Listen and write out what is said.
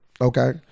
Okay